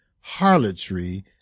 harlotry